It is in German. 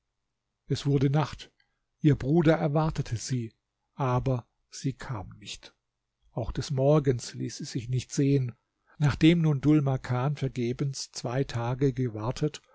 es wurde nacht ihr bruder erwartete sie aber sie kam nicht auch des morgens ließ sie sich nicht sehen nachdem nun dhul makan vergebens zwei tage gewartet